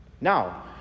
Now